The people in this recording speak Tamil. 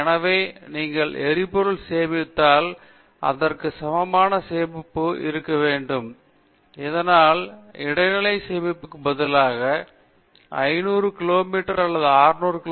எனவே நீங்கள் எரிபொருளை சேமித்தால் அதற்கு சமமான சேமிப்பகம் இருக்க வேண்டும் இதனால் இடைநிலை சேமிப்புக்கு பதிலாக 500 கிலோமீட்டர் அல்லது 600 கி